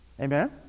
Amen